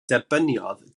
derbyniodd